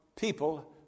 people